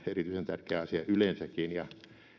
tärkeä asia yleensäkin